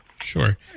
Sure